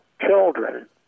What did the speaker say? children